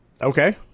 Okay